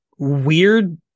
weird